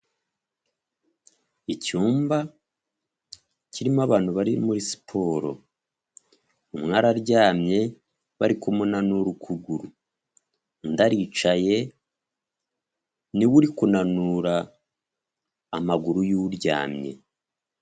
Icyumba kirimo abantu bari muri siporo umwe araryamye bari kumunanura ukuguru undi aricaye niwe uri kunanura amaguru y'uryamye.